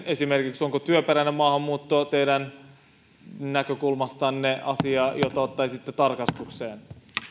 esimerkiksi työperäinen maahanmuutto teidän näkökulmastanne asia jota ottaisitte tarkastukseen